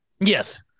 yes